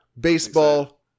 Baseball